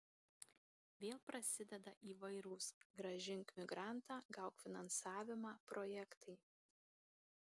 vėl prasideda įvairūs grąžink migrantą gauk finansavimą projektai